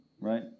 right